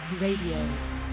Radio